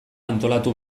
antolatu